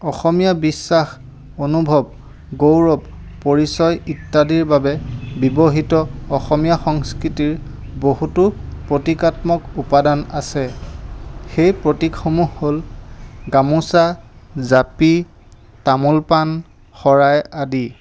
অসমীয়া বিশ্বাস অনুভৱ গৌৰৱ পৰিচয় ইত্যাদিৰ বাবে ব্যৱহৃত অসমীয়া সংস্কৃতিৰ বহুতো প্ৰতিকাত্মক উপাদান আছে সেই প্ৰতিক সমূহ হ'ল গামোচা জাপি তামোল পান শৰাই আদি